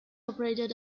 operated